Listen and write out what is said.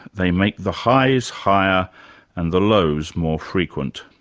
they make the highs higher and the lows more frequent'.